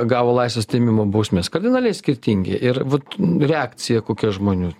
gavo laisvės atėmimo bausmės kardinaliai skirtingi ir vat reakcija kokia žmonių